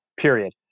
Period